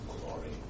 glory